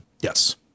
Yes